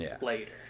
later